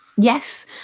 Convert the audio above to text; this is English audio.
Yes